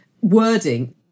wording